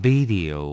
Video 。